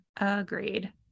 Agreed